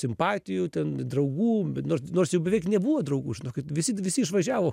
simpatijų ten draugų nors nors jau beveik nebuvo draugų žinokit visi visi išvažiavo